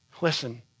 Listen